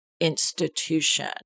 institution